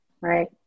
Right